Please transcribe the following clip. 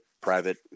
private